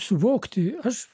suvokti aš